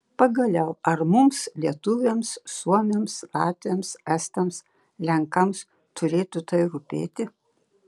pagaliau ar mums lietuviams suomiams latviams estams lenkams turėtų tai rūpėti